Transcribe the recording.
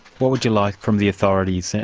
what would you like from the authorities,